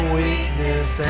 weakness